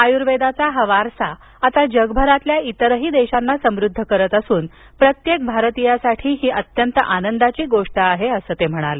आयुर्वेदाचा हा वारसा आता जगभरातल्या इतरही देशांना समृद्ध करत असून प्रत्येक भारतीयासाठी ही अत्यंत आनंदाची गोष्ट असल्याचं ते म्हणाले